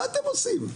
מה אתם עושים?